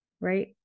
right